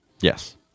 Yes